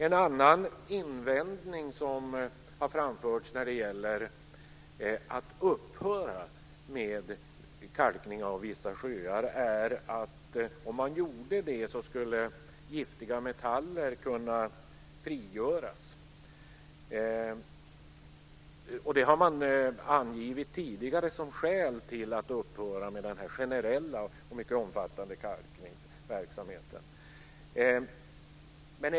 En annan invändning som har framförts när det gäller att upphöra med kalkning av vissa sjöar är att om man gjorde det skulle giftiga metaller kunna frigöras. Det har man tidigare angivit som skäl till att upphöra med den generella och mycket omfattande kalkningsverksamheten.